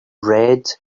red